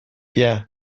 yeah